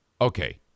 Okay